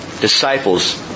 disciples